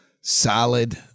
solid